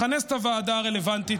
לכנס את הוועדה הרלוונטית.